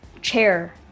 chair